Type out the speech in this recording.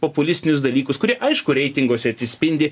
populistinius dalykus kurie aišku reitinguose atsispindi